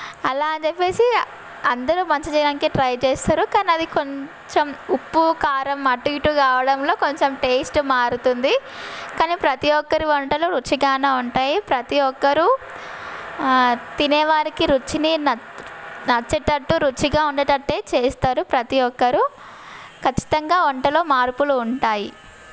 అలా అని చెప్పేసి అందరూ మంచి చేయడానికే ట్రై చేస్తారు కానీ అది కొంచెం ఉప్పు కారం అటు ఇటు కావడంలో కొంచెం టేస్ట్ మారుతుంది కానీ ప్రతీ ఒక్కరు వంటలు రుచిగానే ఉంటాయి ప్రతీ ఒక్కరూ తినేవారికి రుచిని నచ్చేటట్టు రుచిగా ఉండేటట్టే చేస్తారు ప్రతీ ఒక్కరు ఖచ్చితంగా వంటలో మార్పులు ఉంటాయి